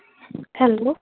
hello